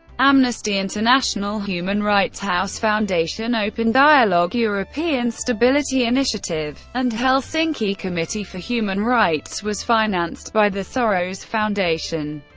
amnesty international, human rights house foundation, open dialog, european stability initiative, and helsinki committee for human rights, was financed by the soros foundation.